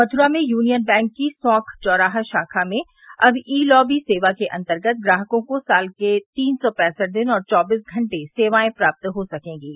मथुरा में union bank की सौंख चौराहा शाखा में अब ई लॉबी सेवा के अंतर्गत ग्राहकों को साल के तीन सौ पैंसठ दिन और चौबीस घंटे सेवाएं प्राप्त हो सकेंगीं